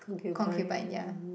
concubine ya